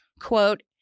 Quote